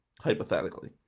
hypothetically